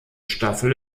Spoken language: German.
staffel